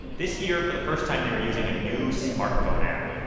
this year, for the first time, they were using a new smartphone app,